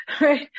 right